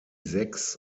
sechs